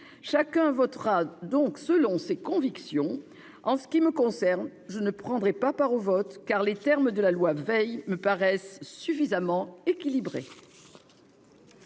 Chacun votera donc selon ses convictions. En ce qui me concerne, je ne prendrai pas part au vote, car les termes de la loi Veil me paraissent suffisamment équilibrés.